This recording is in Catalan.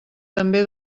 també